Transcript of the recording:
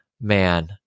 man